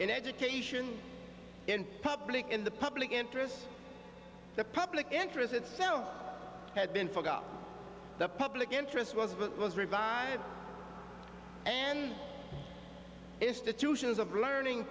in education in public in the public interest the public interest itself had been for the public interest was it was revived and institutions of learning